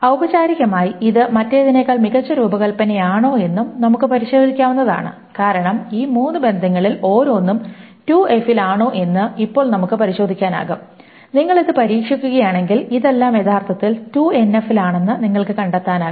ഔപചാരികമായി ഇത് മറ്റേതിനേക്കാൾ മികച്ച രൂപകൽപ്പനയാണോ എന്നും നമുക്ക് പരിശോധിക്കാവുന്നതാണ് കാരണം ഈ മൂന്ന് ബന്ധങ്ങളിൽ ഓരോന്നും 2NF ൽ ആണോ എന്ന് ഇപ്പോൾ നമുക്ക് പരിശോധിക്കാനാകും നിങ്ങൾ ഇത് പരീക്ഷിക്കുകയാണെങ്കിൽ ഇതെല്ലാം യഥാർത്ഥത്തിൽ 2NF ൽ ആണെന്ന് നിങ്ങൾക്ക് കണ്ടെത്താനാകും